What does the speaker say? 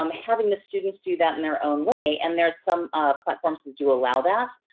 um having the students do that in their own way and there's some platforms that do allow that.